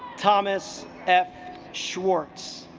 thomas f schwartz